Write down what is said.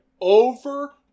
over